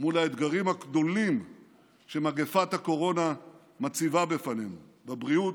מול האתגרים הגדולים שמגפת הקורונה מציבה בפנינו בבריאות,